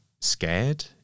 scared